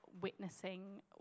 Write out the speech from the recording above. witnessing